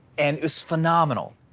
and it was phenomenal.